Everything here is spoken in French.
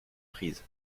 prise